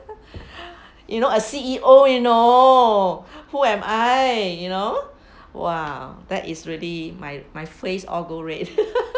you know a C_E_O you know who am I you know !wah! that is really my my face all go red